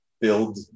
build